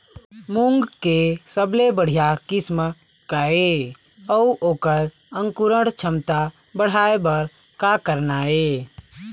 मूंग के सबले बढ़िया किस्म का ये अऊ ओकर अंकुरण क्षमता बढ़ाये बर का करना ये?